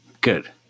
good